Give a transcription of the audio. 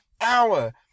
hour